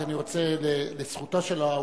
רק אני רוצה לומר לזכותה של האופוזיציה: